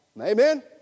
Amen